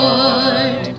Lord